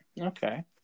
okay